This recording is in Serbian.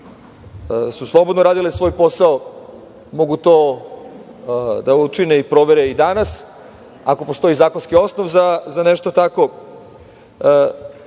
su slobodno radio svoj posao, mogu to da učine i provere i danas, ako postoji zakonski osnov za nešto tako.